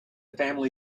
family